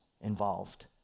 involved